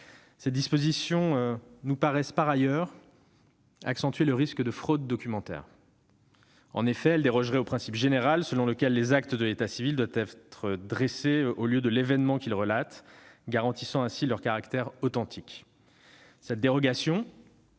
ces dispositions me paraissent accentuer le risque de fraude documentaire. En effet, elles dérogeraient au principe général selon lequel les actes de l'état civil doivent être dressés au lieu de l'événement qu'ils relatent, ce qui garantit leur caractère authentique. Cette dérogation